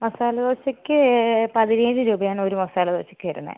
മസാല ദോശക്ക് പതിനേഴ് രൂപയാണ് ഒരു മസാല ദോശക്ക് വരുന്നത്